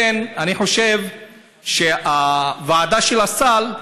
אני חושב שהוועדה של הסל,